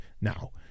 now